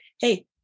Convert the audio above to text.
hey